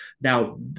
Now